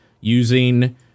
using